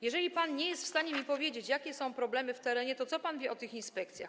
Jeżeli pan nie jest w stanie mi powiedzieć, jakie są problemy w terenie, to co pan wie o tych inspekcjach?